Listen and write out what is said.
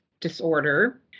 disorder